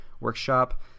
workshop